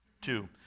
Two